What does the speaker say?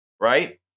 Right